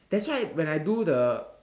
that's why when I do the